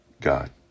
God